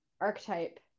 archetype